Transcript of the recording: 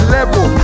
Level